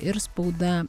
ir spauda